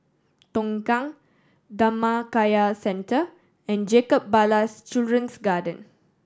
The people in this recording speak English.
Tongkang Dhammakaya Centre and Jacob Ballas Children's Garden